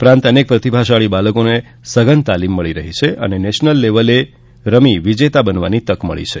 ઉપરાંત અનેક પ્રતિભાશાળી બાળકોને સઘન તાલીમ મળી છે અને નેશનલ લેવલે રમી વિજેતા બનવાની તક મળી છે